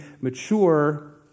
mature